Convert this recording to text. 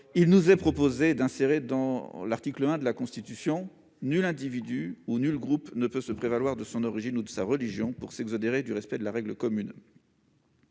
une nouvelle phrase dans l'article 1 de la Constitution :« Nul individu ou nul groupe ne peut se prévaloir de son origine ou de sa religion pour s'exonérer du respect de la règle commune.